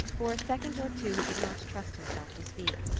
for a second or two he could not trust himself to speak.